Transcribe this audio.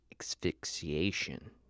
asphyxiation